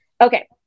Okay